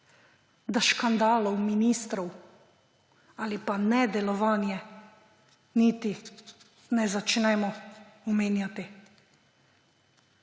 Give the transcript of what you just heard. Da škandalov ministrov ali pa nedelovanje niti ne začnemo omenjati.